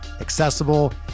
accessible